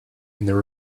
there